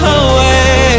away